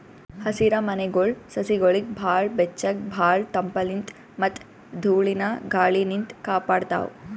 ಹಸಿರಮನೆಗೊಳ್ ಸಸಿಗೊಳಿಗ್ ಭಾಳ್ ಬೆಚ್ಚಗ್ ಭಾಳ್ ತಂಪಲಿನ್ತ್ ಮತ್ತ್ ಧೂಳಿನ ಗಾಳಿನಿಂತ್ ಕಾಪಾಡ್ತಾವ್